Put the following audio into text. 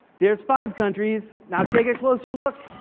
there's five countries, now take a closer look.